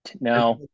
now